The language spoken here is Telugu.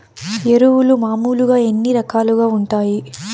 ఎరువులు మామూలుగా ఎన్ని రకాలుగా వుంటాయి?